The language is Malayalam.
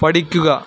പഠിക്കുക